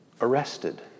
arrested